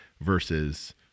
versus